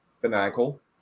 Fanatical